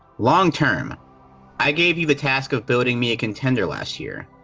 long term i gave you the task of building me a contender last year.